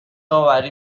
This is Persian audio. آوری